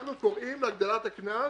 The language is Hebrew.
אנחנו קוראים להגדלת הקנס